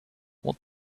what